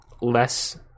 less